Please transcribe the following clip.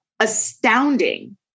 Astounding